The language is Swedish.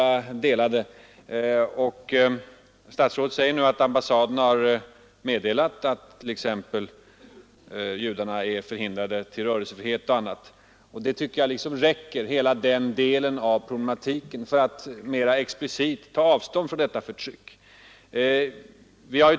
Men statsrådet säger té för förberedande nu att ambassaden har meddelat att judarnas rörelsefrihet är beskuren &v fastighetstaxeosv., och hela den delen av svaret tycker jag räcker för att explicit ta ring avstånd från förtrycket.